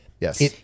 Yes